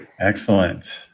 Excellent